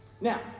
Now